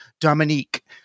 Dominique